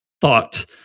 thought